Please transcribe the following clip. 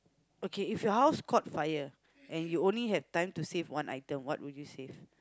okay if your house caught fire and you only have time to save one item what would you save